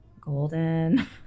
golden